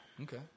Okay